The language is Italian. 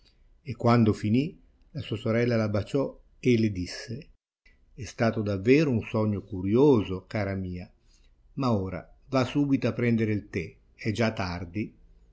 e quando finì sua sorella la baciò e le disse è stato davvero un sogno curioso cara mia ma ora va subito a prendere il tè è già tardi